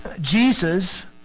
Jesus